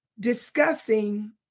Discussing